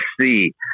see